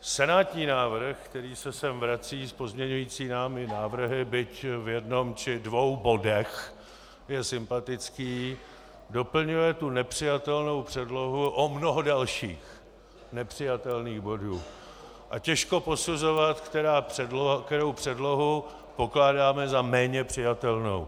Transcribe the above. Senátní návrh, který se sem vrací s pozměňovacími návrhy, byť v jednom či dvou bodech je sympatický, doplňuje tu nepřijatelnou předlohu o mnoho dalších nepřijatelných bodů a těžko posuzovat, kterou předlohu pokládáme za méně přijatelnou.